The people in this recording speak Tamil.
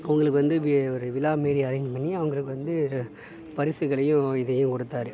அவங்களுக்கு வந்து வி ஒரு விழா மாதிரி அரேஞ்ச் பண்ணி அவங்களுக்கு வந்து பரிசுகளையும் இதையும் கொடுத்தார்